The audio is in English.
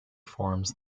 forms